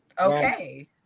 okay